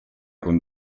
con